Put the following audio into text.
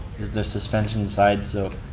is their suspension side so